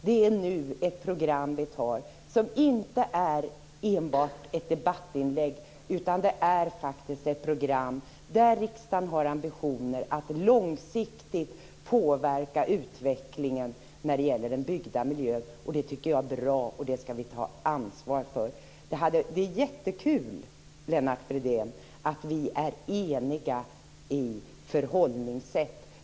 Vi antar nu ett program som inte enbart är ett debattinlägg utan som faktiskt är ett program där riksdagen har ambitioner att långsiktigt påverka utvecklingen av den byggda miljön. Det tycker jag är bra. Det skall vi ta ansvar för. Det är jättekul, Lennart Fridén, att vi är eniga i fråga om förhållningssätt.